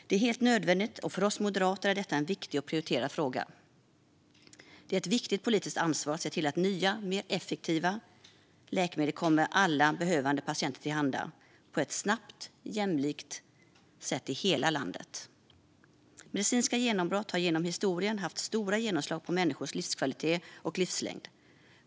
Det är helt nödvändigt, och för oss moderater är detta en viktig och prioriterad fråga. Det är ett viktigt politiskt ansvar att se till att nya, mer effektiva läkemedel kommer alla behövande patienter till handa på ett snabbt och jämlikt sätt i hela landet. Medicinska genombrott har genom historien haft stort genomslag på människors livskvalitet och livslängd.